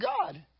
God